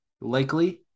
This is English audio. likely